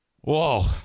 Whoa